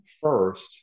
first